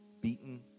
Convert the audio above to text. beaten